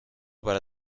para